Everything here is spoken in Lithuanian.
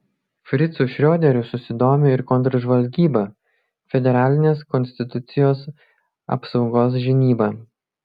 fricu šrioderiu susidomi ir kontržvalgyba federalinės konstitucijos apsaugos žinyba